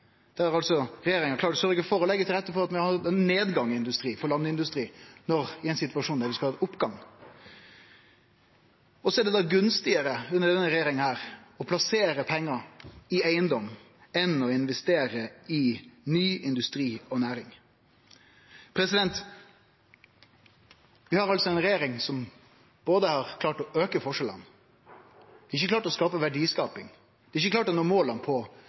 der vi skulle hatt oppgang. Under denne regjeringa er det gunstigare å plassere pengar i eigedom enn å investere i ny industri og næring. Vi har ei regjering som har klart å auke forskjellane, som ikkje har klart å skape verdiskaping, ikkje klart å nå måla på